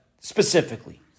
Specifically